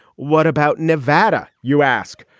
what about nevada? you ask,